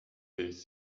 des